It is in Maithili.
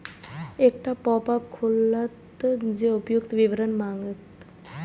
एकटा पॉपअप खुलत जे उपर्युक्त विवरण मांगत